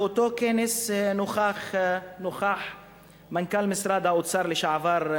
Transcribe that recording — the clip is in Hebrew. באותו כנס נכח מנכ"ל משרד האוצר לשעבר,